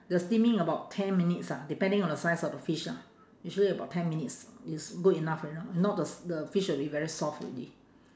the steaming about ten minutes ah depending on the size of the fish lah usually about ten minutes is good enough you know if not the the fish is very soft already